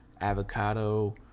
Avocado